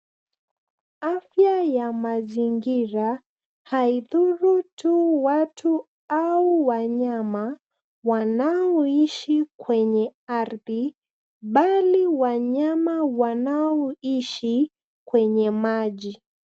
Afya ya mazingira haidhuru tu watu au wanyama wanaoishi kwenye ardhi bali wanyama wanaoishi kwenye maji.